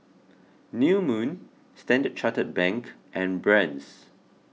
New Moon Standard Chartered Bank and Brand's